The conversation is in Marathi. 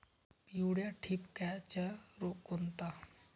पिवळ्या ठिपक्याचा रोग कोणता?